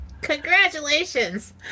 Congratulations